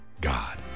God